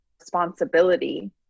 responsibility